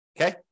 Okay